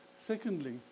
Secondly